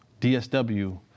DSW